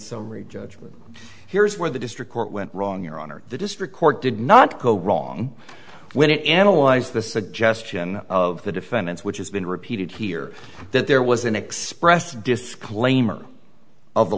summary judgment here's where the district court went wrong your honor the district court did not go wrong when it analyzed the suggestion of the defendants which has been repeated here that there was an expressed disclaimer of the